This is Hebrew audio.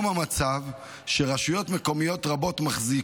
כשם שכאשר תושב חייב לרשות המקומית הרשות